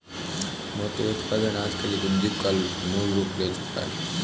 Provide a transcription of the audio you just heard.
मोती उत्पादन आजकल एक उद्योग का रूप ले चूका है